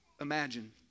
imagine